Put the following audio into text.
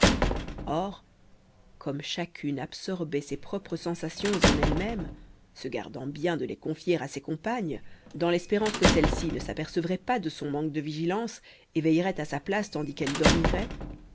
or comme chacune absorbait ses propres sensations en elle-même se gardant bien de les confier à ses compagnes dans l'espérance que celles-ci ne s'apercevraient pas de son manque de vigilance et veilleraient à sa place tandis qu'elle dormirait